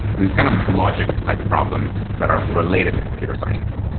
these kind of logic type problems that are related to computer science.